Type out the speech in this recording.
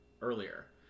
earlier